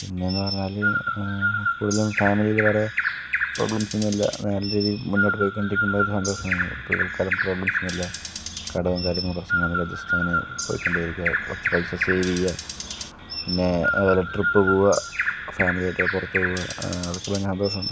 പിന്നെയെന്ന് പറഞ്ഞാൽ കൂടുതലും ഫാമിലിയിൽ വേറെ പ്രോബ്ലെംസ് ഒന്നുമില്ല നല്ല രീതിക്ക് മുന്നോട്ട് പൊയ്ക്കൊണ്ടിരുമ്പോൾ ഒരു സന്തോഷമാണ് ഇപ്പം തത്കാലം പ്രോബ്ലെംസ് ഒന്നുമില്ല കടവും കാര്യങ്ങളും പ്രശ്നങ്ങളൊന്നുമില്ല ജസ്റ്റങ്ങനെ പോയ്കൊണ്ടേ ഇരിക്കുക കുറച്ച് പൈസ സേവ് ചെയ്യുക പിന്നെ വല്ല ട്രിപ്പ് പോവുക ഫാമിലിയായിട്ട് പുറത്ത് പോവുക അതൊക്കെ ഭയങ്കര സന്തോഷമാണ്